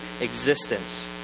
existence